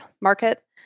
market